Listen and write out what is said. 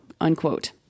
unquote